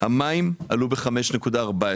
המים עלו ב-5.14%,